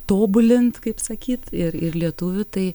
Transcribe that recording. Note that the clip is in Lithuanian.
tobulint kaip sakyt ir ir lietuvių tai